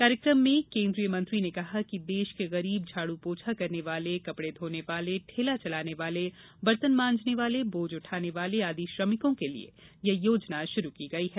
कार्यक्रम में केंद्रीय मंत्री ने कहा कि देश के गरीब झाड़् पौंछा करने वाले कपडे धोने वाले ठेला चलाने वाले बर्तन मांजने वाले बोझ उठाने वाले आदि श्रमिकों के लिए यह योजना शुरू की गई है